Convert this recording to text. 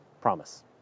Promise